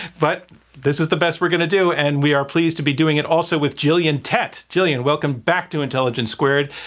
but this is the best we're going to do, and we're pleased to be doing it also with gillian tett gillian, welcome back to intelligence squared.